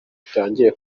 itangiye